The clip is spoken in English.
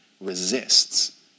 resists